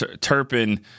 Turpin